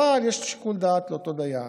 אבל יש את שיקול דעת לאותו דיין.